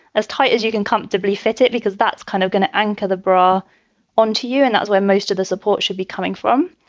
as tight as you can comfortably fit it because that's kind of going to anchor the bra on to you. and that's where most of the support should be coming from.